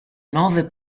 nove